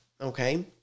okay